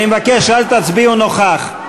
אני מבקש, אל תצביעו "נוכח".